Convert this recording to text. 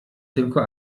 tylko